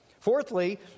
Fourthly